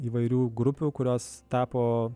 įvairių grupių kurios tapo